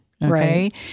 right